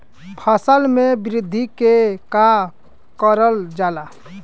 फसल मे वृद्धि के लिए का करल जाला?